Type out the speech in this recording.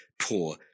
poor